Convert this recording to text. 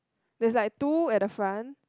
there's like the two at the front